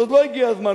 אבל עוד לא הגיע הזמן,